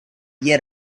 yet